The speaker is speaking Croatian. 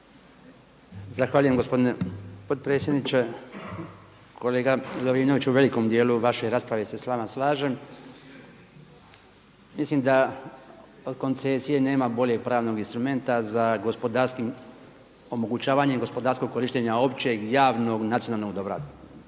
Zahvaljujem, gospodine potpredsjedniče. Kolega Lovrinović, u velikom dijelu vaše rasprave se s vama slažem. Mislim da od koncesije nema boljeg pravnog instrumenta za omogućavanjem gospodarskog korištenja općeg, javnog i nacionalnog dobra.